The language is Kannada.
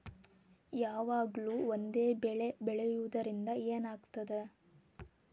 ಯಾವಾಗ್ಲೂ ಒಂದೇ ಬೆಳಿ ಬೆಳೆಯುವುದರಿಂದ ಏನ್ ಆಗ್ತದ?